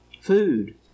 Food